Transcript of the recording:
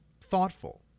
thoughtful